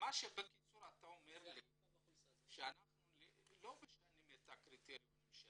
אתה אומר לי שאתם לא משנים את הקריטריונים,